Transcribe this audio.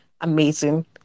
amazing